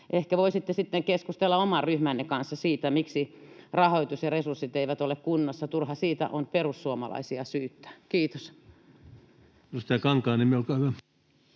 Ehkä voisitte sitten keskustella oman ryhmänne kanssa siitä, miksi rahoitus ja resurssit eivät ole kunnossa. Turha siitä on perussuomalaisia syyttää. — Kiitos.